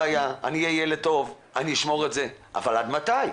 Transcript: אני אהיה ילד טוב ואני אשמור את המכלים אצלי אבל עד מתי?